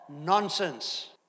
nonsense